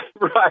Right